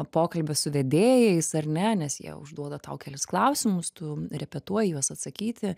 pokalbio su vedėjais ar ne nes jie užduoda tau kelis klausimus tu repetuoji juos atsakyti